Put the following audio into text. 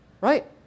right